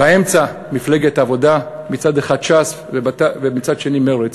באמצע מפלגת העבודה, מצד אחד ש"ס ומצד שני מרצ,